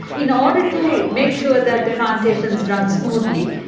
in order to ah make sure that the plantations run smoothly,